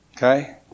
Okay